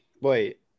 Wait